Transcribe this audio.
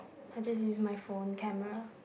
I just use my phone camera